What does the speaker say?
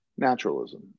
naturalism